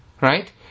right